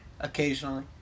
Occasionally